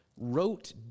wrote